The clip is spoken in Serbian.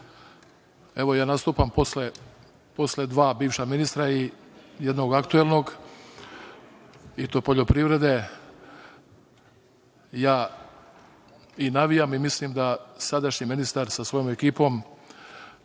ja nastupam posle dva bivša ministra i jednog aktuelnog, i to poljoprivrede. Navijam i mislim da sadašnji ministar sa svojom ekipom